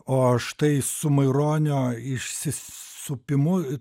o štai su maironio išsisupimu